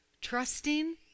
trusting